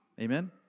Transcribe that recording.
Amen